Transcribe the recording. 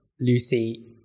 Lucy